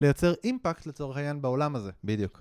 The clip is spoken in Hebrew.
לייצר אימפקט לצורך העניין בעולם הזה, בדיוק